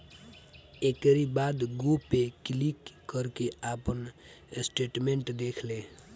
एकरी बाद go pay click करके आपन स्टेटमेंट देख लें